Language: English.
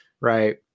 right